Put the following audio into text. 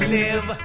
live